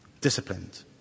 disciplined